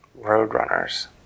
roadrunners